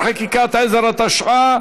הצעת החוק עברה בקריאה טרומית,